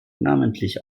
namentlich